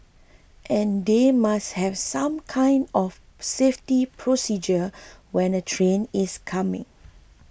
and they must have some kind of safety procedure when a train is coming